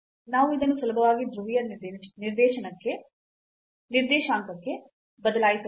ನಾವು ಇದನ್ನು ಸುಲಭವಾಗಿ ಧ್ರುವೀಯ ನಿರ್ದೇಶಾಂಕಕ್ಕೆ ಬದಲಾಯಿಸಬಹುದು